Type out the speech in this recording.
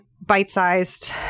bite-sized